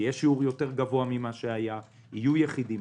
זה יהיה שיעור גבוה יותר ממה שהיה, יהיו יחידים.